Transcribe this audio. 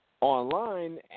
online